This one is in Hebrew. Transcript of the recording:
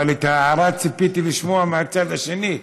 אבל את ההערה ציפיתי לשמוע מהצד השני,